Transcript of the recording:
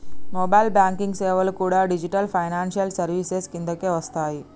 mobile banking సేవలు కూడా digital financial services కిందకే వస్తయ్యి